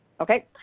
okay